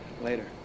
Later